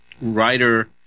writer